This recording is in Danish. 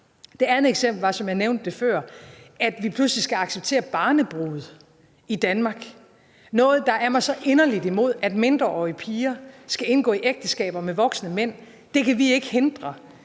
jeg nævnte det før, at vi pludselig skal acceptere barnebrude i Danmark – noget, der er mig så inderlig imod, altså at mindreårige piger skal indgå ægteskaber med voksne mænd. Det kan vi ikke hindre,